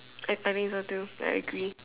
I I think so too I agree